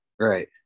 Right